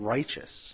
Righteous